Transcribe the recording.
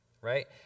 right